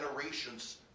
generations